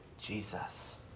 Jesus